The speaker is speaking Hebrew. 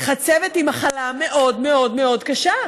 שחצבת היא מחלה מאוד מאוד מאוד קשה.